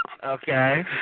Okay